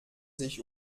sich